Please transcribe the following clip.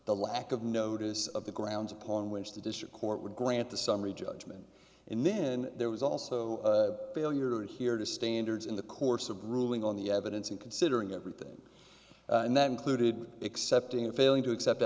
the lack of notice of the grounds upon which the district court would grant the summary judgment and then there was also a failure here to standards in the course of ruling on the evidence and considering everything and that included accepting and failing to accept